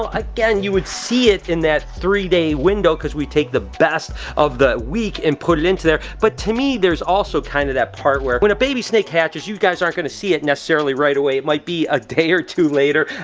um again, you would see it in that three-day window cause we'd take the best of the week and put it into there but to me there's also kinda kind of that part where, when a baby snake hatches, you guys aren't gonna see it necessarily right away. it might be a day or two later.